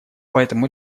поэтому